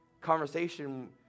conversation